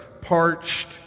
parched